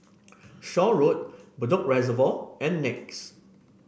Shaw Road Bedok Reservoir and Nex